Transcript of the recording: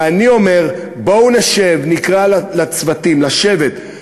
ואני אומר, בואו נשב, נקרא לצוותים לשבת, שבוע,